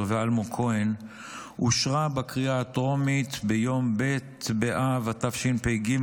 ואלמוג כהן אושרה בקריאה הטרומית ביום ב' באב התשפ"ג,